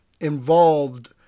involved